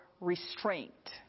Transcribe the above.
restraint